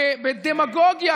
בדמגוגיה,